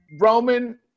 Roman